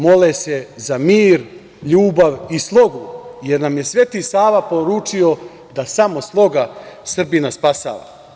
Mole se za mir, ljubav i slogu, jer nam je Sveti Sava poručio da samo sloga Srbina spasava.